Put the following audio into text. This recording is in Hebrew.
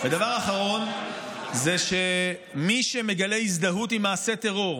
ודבר אחרון זה שמי שמגלה הזדהות עם מעשה טרור,